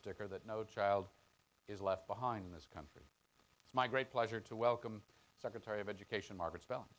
sticker that no child is left behind in this country is my great pleasure to welcome secretary of education margaret spell